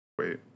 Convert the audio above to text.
wait